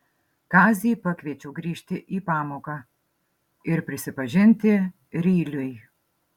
kazį pakviečiau grįžti į pamoką ir prisipažinti ryliui